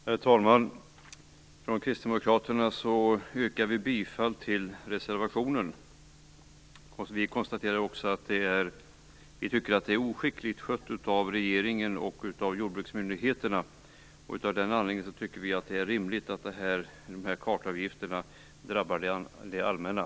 Herr talman! Från Kristdemokraterna yrkar vi bifall till reservationen. Vi tycker också att detta är oskickligt skött av regeringen och av jordbruksmyndigheterna. Av den anledningen tycker vi att det är rimligt att kartavgifterna drabbar det allmänna.